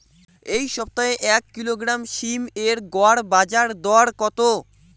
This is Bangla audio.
এই সপ্তাহে এক কিলোগ্রাম সীম এর গড় বাজার দর কত?